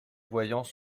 voyants